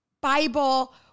Bible